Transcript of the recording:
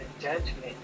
judgment